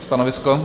Stanovisko?